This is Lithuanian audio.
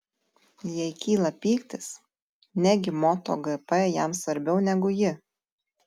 jai kyla pyktis negi moto gp jam svarbiau negu ji